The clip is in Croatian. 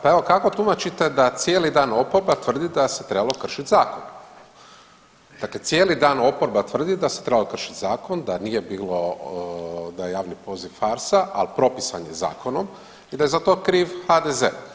Pa evo kako tumačite da cijeli dan oporba tvrdi da se trebalo kršit zakon, dakle cijeli dan oporba tvrdi da se trebalo kršiti zakon da nije bilo da je javni poziv farsa, ali propisan je zakonom i da je za to kriv HDZ.